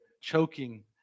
choking